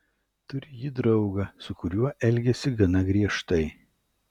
turi ji draugą su kuriuo elgiasi gana griežtai